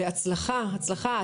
והצלחה, הצלחה.